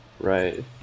Right